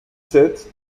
sept